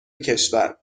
کشور